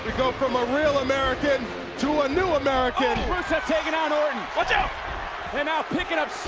go from a real american to a new american. rusev taking on orton. watch out and now picking up